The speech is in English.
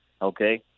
Okay